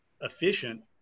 efficient